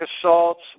assaults